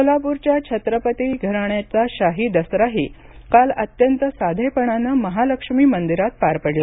कोल्हापूरच्या छत्रपती घराण्याचा शाही दसराही काल अत्यंत साधेपणानं महालक्ष्मी मंदिरात पार पडला